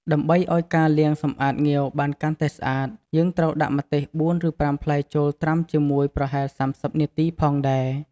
ដើម្បីឲ្យការលាងសម្អាតងាវបានកាន់តែស្អាត យើងត្រូវដាក់ម្ទេស៤ឬ៥ផ្លែចូលត្រាំជាមួយប្រហែល៣០នាទីផងដែរ។